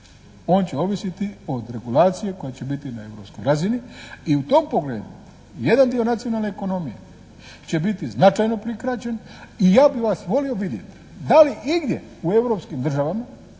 On će ovisiti od regulacije koja će biti na europskoj razini i u tom pogledu jedan dio nacionalne ekonomije će biti značajno prikraćen i ja bi vas volio vidjeti da li igdje u europskim državama